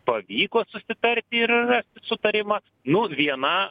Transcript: pavyko susitarti ir rasti sutarimą nu viena